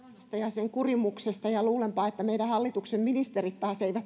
sen kurimuksesta ja luulenpa että meidän hallituksen ministerit taas eivät